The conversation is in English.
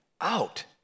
out